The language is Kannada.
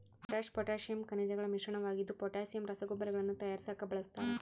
ಪೊಟ್ಯಾಶ್ ಪೊಟ್ಯಾಸಿಯಮ್ ಖನಿಜಗಳ ಮಿಶ್ರಣವಾಗಿದ್ದು ಪೊಟ್ಯಾಸಿಯಮ್ ರಸಗೊಬ್ಬರಗಳನ್ನು ತಯಾರಿಸಾಕ ಬಳಸ್ತಾರ